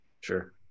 Sure